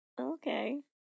Okay